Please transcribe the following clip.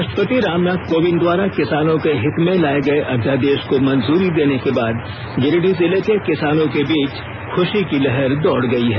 राष्ट्रपति रामनाथ कोविंद द्वारा किसानों के हित में लाये गये अध्यादेश को मंजूरी देने के बाद गिरिडीह जिले के किसानों के बीच खुशी की लहर दौड़ गई हैं